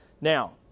Now